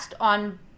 on